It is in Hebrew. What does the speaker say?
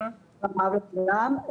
לכולם,